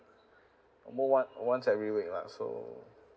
almost one once every week lah so